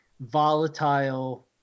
volatile